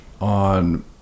on